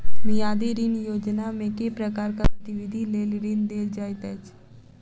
मियादी ऋण योजनामे केँ प्रकारक गतिविधि लेल ऋण देल जाइत अछि